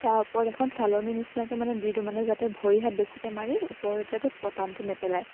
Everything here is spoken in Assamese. তাৰ ওপৰত এখন চালনি নিচিনাকে মানে দি দিওঁ মানে যাতে ভৰি হাত বেছিকে মাৰি ওপৰত যাতে পতানটো নেপেলায়